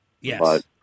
Yes